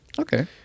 Okay